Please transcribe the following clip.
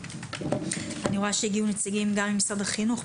אני רואה שהגיעו נציגים ממשרד החינוך,